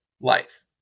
life